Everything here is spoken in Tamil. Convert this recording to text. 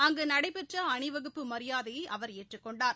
அங்கு நடைபெற்ற அணிவகுப்பு மரியாதையை அவர் ஏற்றுக் கொண்டார்